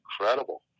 incredible